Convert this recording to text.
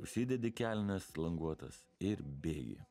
užsidedi kelnes languotas ir bėgi